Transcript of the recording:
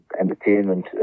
entertainment